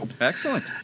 excellent